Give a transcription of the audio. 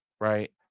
right